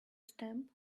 stamp